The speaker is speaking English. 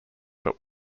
but